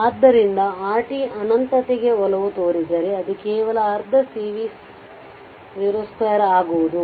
ಆದ್ದರಿಂದ r t ಅನಂತತೆಗೆ ಒಲವು ತೋರಿದರೆ ಅದು ಕೇವಲ ಅರ್ಧ C v02 ಆಗುವುದು